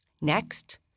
Next